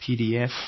PDF